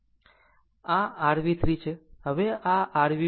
આમ હવે આ r V1 છે